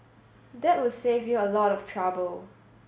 that would save you a lot of trouble